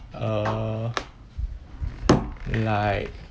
uh like